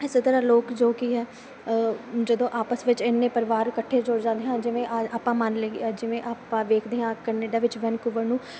ਇਸ ਤਰ੍ਹਾਂ ਲੋਕ ਜੋ ਕੀ ਹੈ ਜਦੋਂ ਆਪਸ ਵਿੱਚ ਇੰਨੇ ਪਰਿਵਾਰ ਇਕੱਠੇ ਜੁੜ ਜਾਂਦੇ ਹਾਂ ਜਿਵੇਂ ਆ ਆਪਾਂ ਮੰਨ ਲਈਏ ਜਿਵੇਂ ਆਪਾਂ ਵੇਖਦੇ ਹਾਂ ਕਨੇਡਾ ਵਿੱਚ ਵੈਨਕੂਵਰ ਨੂੰ